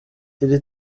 iri